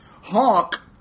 Hawk